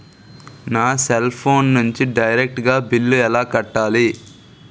నా cell phone నుంచి direct గా బిల్లు ఎలా కట్టాలి?